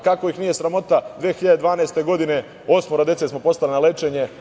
Kako ih nije sramota, 2012. godine osmoro dece smo poslali na lečenje.